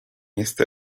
este